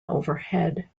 overhead